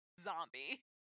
zombie